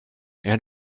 end